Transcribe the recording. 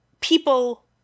people